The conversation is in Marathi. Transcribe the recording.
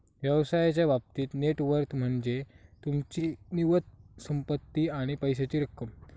व्यवसायाच्या बाबतीत नेट वर्थ म्हनज्ये तुमची निव्वळ संपत्ती आणि पैशाची रक्कम